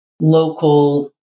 local